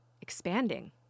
expanding